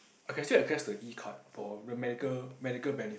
I can still access the E card for medical medical benefit